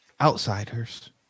outsiders